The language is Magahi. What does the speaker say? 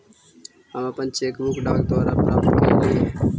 हम अपन चेक बुक डाक द्वारा प्राप्त कईली हे